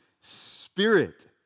spirit